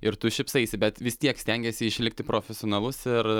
ir tu šypsaisi bet vis tiek stengiesi išlikti profesionalus ir